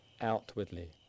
outwardly